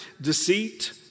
Deceit